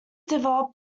develop